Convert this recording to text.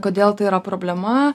kodėl tai yra problema